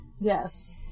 Yes